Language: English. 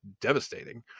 devastating